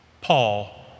Paul